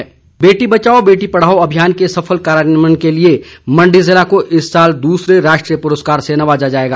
पुरस्कार बेटी बचाओ बेटी पढ़ाओ अभियान के सफल कार्यान्वयन के लिए मंडी ज़िले को इस साल दूसरे राष्ट्रीय पुरस्कार से नवाजा जाएगा